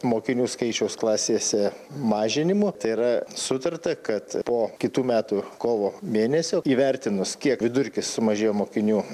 mokinių skaičiaus klasėse mažinimu tai yra sutarta kad po kitų metų kovo mėnesio įvertinus kiek vidurkis sumažėjo mokinių